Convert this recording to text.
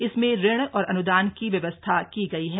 इसमें ऋण और अन्दान की व्यवस्था की गई है